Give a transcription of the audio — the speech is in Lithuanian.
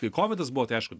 kai kovidas buvo tai aišku